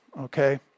okay